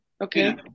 Okay